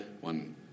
one